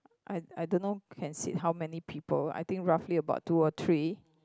I I dunno can sit how many people I think roughly about two or three